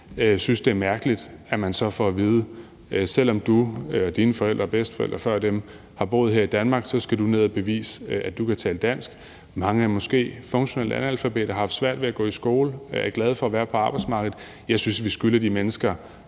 synes, det er mærkeligt, at man så får at vide: Selv om du og dine forældre og bedsteforældre har boet her i Danmark, så skal du ned at bevise, at du kan tale dansk. Mange er måske funktionelle analfabeter og har haft svært ved at gå i skole og er glade for at være på arbejdsmarkedet. Jeg synes, vi skylder de mennesker